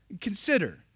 Consider